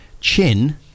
Chin